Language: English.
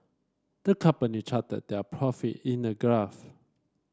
the company charted their profit in a graph